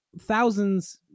thousands